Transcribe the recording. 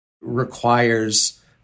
requires